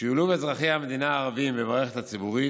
שילוב אזרחי המדינה הערבים במערכת הציבורית,